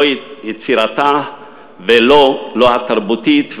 את יצירתה לא התרבותית,